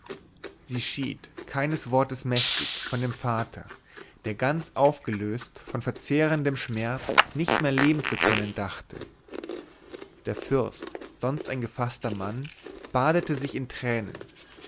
sie schied keines wortes mächtig von dem vater der ganz aufgelöst von verzehrendem schmerz nicht mehr leben zu können dachte der fürst sonst ein gefaßter mann badete sich in tränen